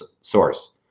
source